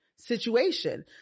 Situation